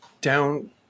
down